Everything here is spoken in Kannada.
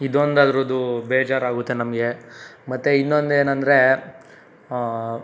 ಇದೊಂದು ಅದ್ರದ್ದು ಬೇಜಾರಾಗುತ್ತೆ ನಮಗೆ ಮತ್ತೆ ಇನ್ನೊಂದು ಏನೆಂದ್ರೆ